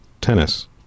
tennis